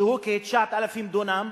כ-9,000 דונם,